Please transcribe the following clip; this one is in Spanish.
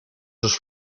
sus